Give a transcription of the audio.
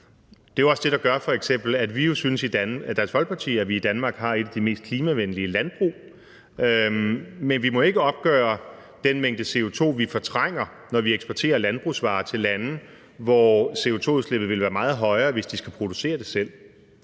f.eks. det, der gør, at vi i Dansk Folkeparti synes, at vi i Danmark har et af de mest klimavenlige landbrug. Men vi må ikke opgøre den mængde CO2, vi fortrænger, når vi eksporterer landbrugsvarer til lande, hvor CO2-udslippet vil være meget højere, hvis de skal producere det selv.